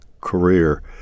career